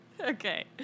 Okay